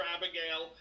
Abigail